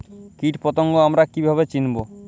কীটপতঙ্গ আমরা কীভাবে চিনব?